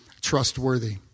trustworthy